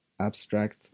abstract